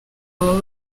baba